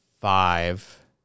five